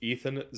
Ethan